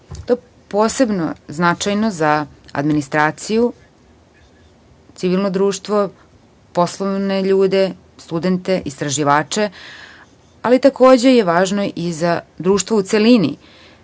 To je posebno značajno za administraciju, civilno društvo, poslovne ljude, studente, istraživače, ali je takođe važno i za društvo u celini